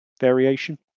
variation